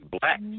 black